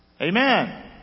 Amen